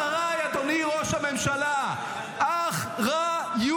תחזור אחרי, אדוני ראש הממשלה, אח-ר-יות.